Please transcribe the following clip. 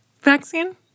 vaccine